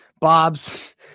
bobs